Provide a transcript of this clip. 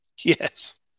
Yes